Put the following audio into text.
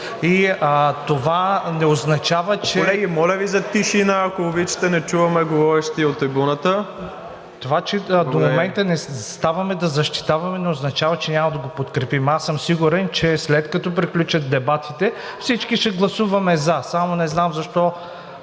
Колеги, моля Ви за тишина, ако обичате – не чуваме говорещия от трибуната.